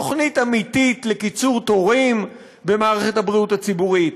תוכנית אמיתית לקיצור תורים במערכת הבריאות הציבורית,